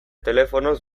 telefonoz